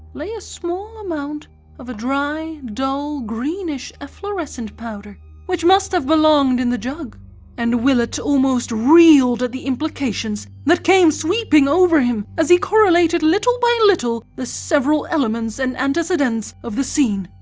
lay a small amount of a dry, dull-greenish efflorescent powder which must have belonged in the jug and willett almost reeled at the implications that came sweeping over him as he correlated little by little the several elements and antecedents of the scene.